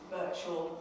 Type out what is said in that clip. virtual